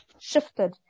shifted